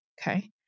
Okay